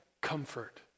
comfort